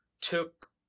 took